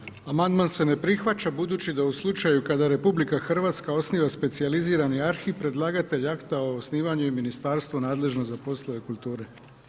Amandman se ne prihvaća budući da u slučaju kada RH osniva specijalizirani arhiv predlagatelj akta o osnivanju je ministarstvo nadležno za poslove kulture.